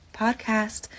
podcast